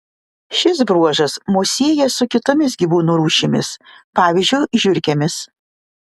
šis bruožas mus sieja su kitomis gyvūnų rūšimis pavyzdžiui žiurkėmis